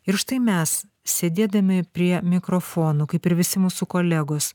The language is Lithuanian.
ir štai mes sėdėdami prie mikrofonų kaip ir visi mūsų kolegos